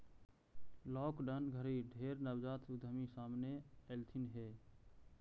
lockdown घरी ढेर नवजात उद्यमी सामने अएलथिन हे